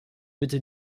bitte